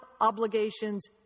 obligations